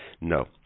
No